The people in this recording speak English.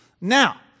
Now